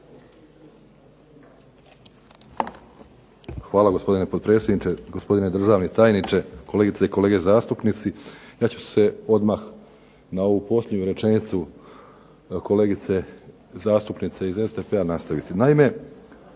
Hvala gospodine potpredsjedniče, gospodine državni tajniče, kolegice i kolege zastupnici. Ja ću se odmah na ovu posljednju rečenicu kolegice zastupnice iz SDP-a nastaviti.